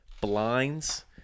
blinds